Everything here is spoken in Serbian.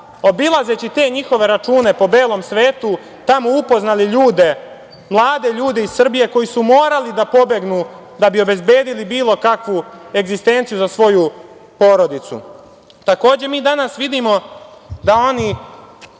obilazeći te njihove račune po belom svetu, tamo upoznali ljude, mlade ljude iz Srbije koji su morali da pobegnu da bi obezbedili bilo kakvu egzistenciju za svoju porodicu. Takođe, mi danas vidimo da oni